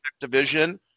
division